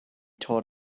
taught